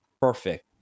Perfect